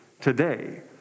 today